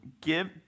give